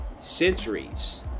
centuries